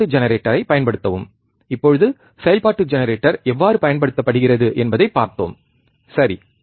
செயல்பாட்டு ஜெனரேட்டர்ஐ பயன்படுத்தவும் இப்போது செயல்பாட்டு ஜெனரேட்டர் எவ்வாறு பயன்படுத்தப்படுகிறது என்பதைப் பார்த்தோம் சரி